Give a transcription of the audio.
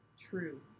true